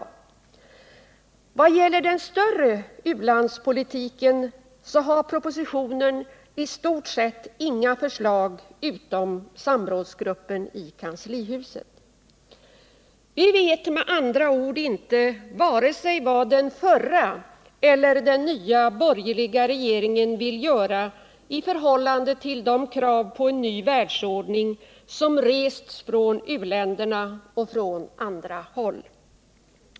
I vad gäller den större u-landspolitiken finns i propositionen i stort sett inga förslag förutom samrådsgruppens i kanslihuset. Vi vet med andra ord inte vad vare sig den förra eller den nya borgerliga regeringen vill göra med avseende på de krav på en ny världsordning som rests av u-länderna och från andra håll.